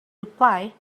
reply